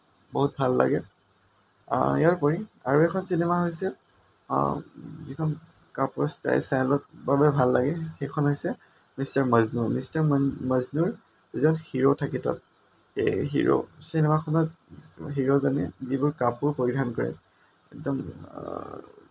বহুত ভাল লাগে ইয়াৰ উপৰি আৰু এখন চিনেমা হৈছে যিখন কাপোৰৰ ষ্টাইলৰ বাবে ভাল লাগে সেইখন হৈছে মিষ্টাৰ মজনু মিষ্টাৰ মজনুৰ যিজন হিৰ' থাকে তাত সেই হিৰ' চিনেমাখনত হিৰ'জনে যিবোৰ কাপোৰ পৰিধান কৰে একদম